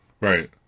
Right